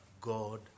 God